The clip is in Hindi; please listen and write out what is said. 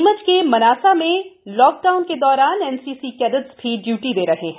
नीमच के मनासा में लॉक डाउन के दौरान एनसीसी कैडेट्स भी ड्यूटी दे रहे हैं